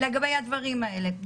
לגבי הדברים האלה,